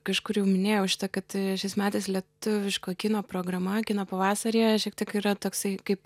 kažkur jau minėjau šitą kad šis metęs lietuviško kino programa kino pavasaryje šiek tiek yra toksai kaip